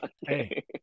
Hey